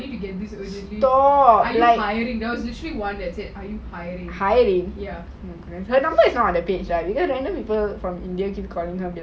stop hiring the number is not on the page ah like people from india keep calling her